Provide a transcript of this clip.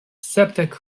sepdek